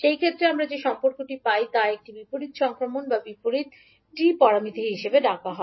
সেই ক্ষেত্রে আমরা যে সম্পর্কটি পাই তা একটি বিপরীত সংক্রমণ বা বিপরীত T প্যারামিটার হিসাবে ডাকা হয়